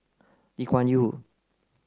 Lee Kuan Yew